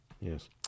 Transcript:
Yes